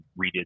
redid